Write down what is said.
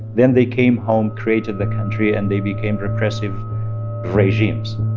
then they came home, created the country, and they became repressive regimes